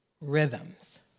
rhythms